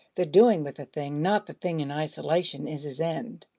the doing with the thing, not the thing in isolation, is his end.